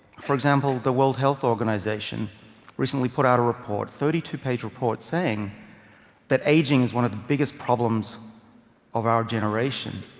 for example, the world health organization recently put out a report, a thirty two page report saying that aging is one of the biggest problems of our generation.